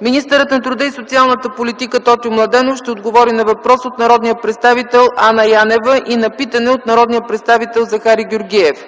Министърът на труда и социалната политика Тотю Младенов ще отговори на въпрос от народния представител Анна Янева и на питане от народния представител Захари Георгиев.